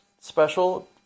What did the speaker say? special